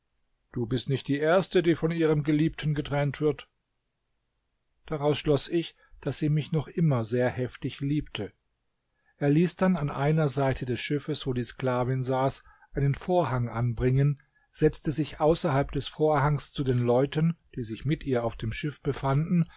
du bist nicht die erste die von ihrem geliebten getrennt wird daraus schloß ich daß sie mich noch immer sehr heftig liebte er ließ dann an einer seite des schiffes wo die sklavin saß einen vorhang anbringen setzte sich außerhalb des vorhangs zu den leuten die sich mit ihr auf dem schiff befanden